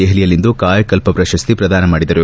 ದೆಪಲಿಯಲ್ಲಿಂದು ಕಾಯಕಲ್ಲ ಪ್ರಶಸ್ತಿ ಪ್ರದಾನ ಮಾಡಿದರು